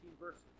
verses